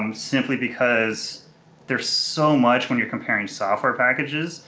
um simply because there's so much when you're comparing software packages.